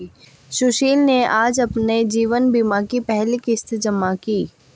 सुशील ने आज अपने जीवन बीमा की पहली किश्त जमा की